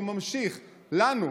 והוא ממשיך: "לנו",